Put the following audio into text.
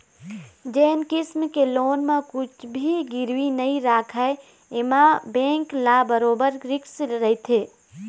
जेन किसम के लोन म कुछ भी गिरवी नइ राखय एमा बेंक ल बरोबर रिस्क रहिथे